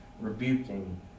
rebuking